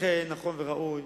לכן נכון וראוי,